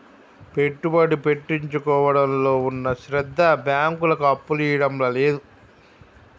పెట్టుబడి పెట్టించుకోవడంలో ఉన్న శ్రద్ద బాంకులకు అప్పులియ్యడంల లేదు